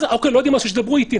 אז שידברו איתי.